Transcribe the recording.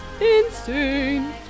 insane